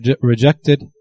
rejected